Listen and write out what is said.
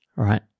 Right